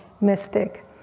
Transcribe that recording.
mystic